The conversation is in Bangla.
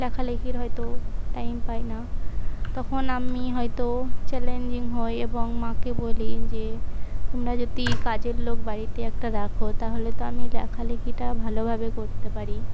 লেখালাখির হয়তো টাইম পাই না তখন আমি হয়তো চ্যালেঞ্জিং হই এবং মাকে বলি যে তোমরা যদি কাজের লোক বাড়িতে একটা রাখো তাহলে তো আমি লেখালেখিটা ভালোভাবে করতে পারি